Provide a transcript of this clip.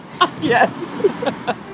Yes